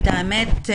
את האמת,